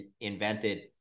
invented